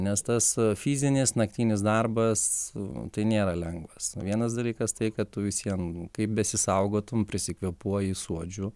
nes tas fizinis naktinis darbas tai nėra lengvas vienas dalykas tai kad tu vis vien kaip besisaugotum prisikvėpuoji suodžių